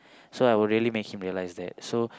so I would really make him realise that